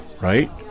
right